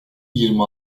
yirmi